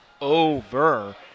over